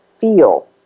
feel